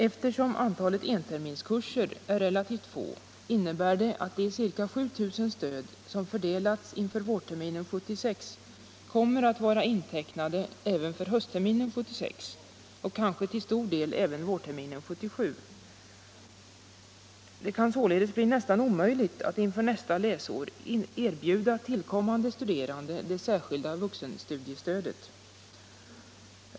Eftersom antalet enterminskurser är relativt litet innebär det att de ca 7 000 stöd som fördelats inför vårterminen 1976 kommer att vara intecknade även för höstterminen 1976 och kanske till stor del även för vårterminen 1977. Det kan således bli nästan omöjligt att inför nästa läsår erbjuda tillkommande studerande det särskilda vuxenstudiestödet.